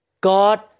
God